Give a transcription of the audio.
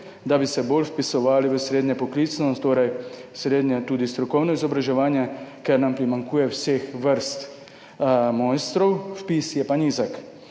da bi se bolj vpisovali v srednje poklicno, torej tudi srednje strokovno izobraževanje, ker nam primanjkuje mojstrov vseh vrst, vpis je pa nizek.